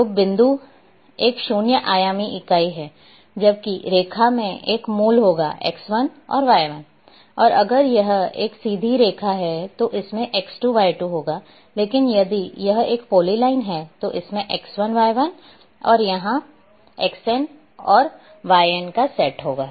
तो बिंदु एक शून्य आयामी इकाई है जबकि रेखा में एक मूल होगा X1 और Y1 और अगर यह एक सीधी रेखा है तो इसमें X2 Y2 होगा लेकिन यदि यह एक पॉलीलाइन है तो इसमें X1 Y1 और यहाँ Xn और Yn का सेट होगा